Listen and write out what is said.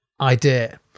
idea